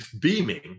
beaming